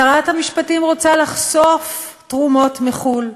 שרת המשפטים רוצה לחשוף תרומות מחו"ל,